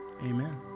Amen